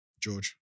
George